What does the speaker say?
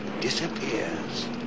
disappears